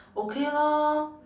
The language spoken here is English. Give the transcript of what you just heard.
okay lor